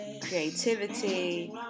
creativity